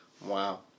Wow